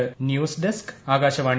പ്ര news desk Akashvani